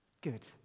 Good